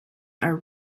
are